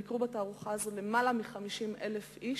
בתערוכה הזאת ביקרו למעלה מ-50,000 איש.